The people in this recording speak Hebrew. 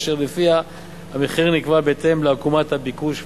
אשר לפיה המחיר נקבע בהתאם לעקומת הביקוש וההיצע.